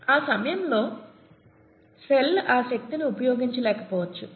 ఆ సమయంలో సెల్ ఆ శక్తిని ఉపయోగించలేకపోవచ్చు